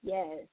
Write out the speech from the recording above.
Yes